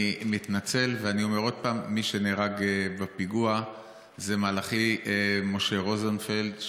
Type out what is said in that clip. אני מתנצל ואומר עוד פעם: מי שנהרג בפיגוע זה מלאכי משה רוזנפלד,